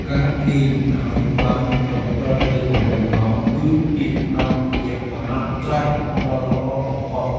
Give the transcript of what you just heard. ការគេងឱ្យបាន ៧-៨ ម៉ោង គឺជាថ្នាំព្យាបាលស្ត្រេសដ៏ល្អបំផុត។